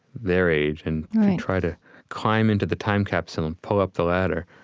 their age, and try to climb into the time capsule and pull up the ladder,